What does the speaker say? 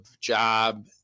job